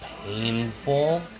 painful